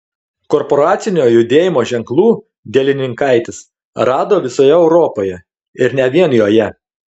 korporacinio judėjimo ženklų dielininkaitis rado visoje europoje ir ne vien joje